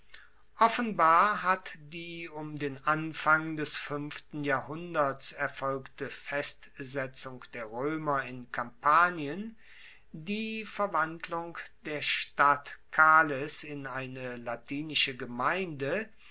offenbar hat die um den anfang des fuenften jahrhunderts erfolgte festsetzung der roemer in kampanien die verwandlung der stadt cales in eine latinische gemeinde